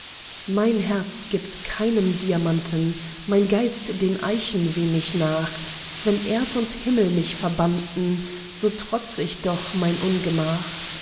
mein herz gibt keinem diamanten mein geist den eichen wenig nach wenn erd und himmel mich verbannten so trotz ich doch mein ungemach